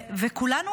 וכולנו,